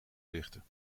richten